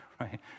right